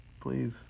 please